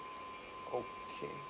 okay